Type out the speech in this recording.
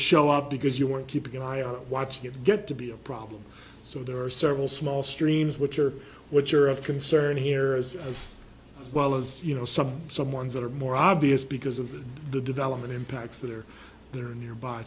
show up because you weren't keeping an eye on watching it get to be a problem so there are several small streams which are which are of concern here as well as you know some some ones that are more obvious because of the development impacts there there are nearby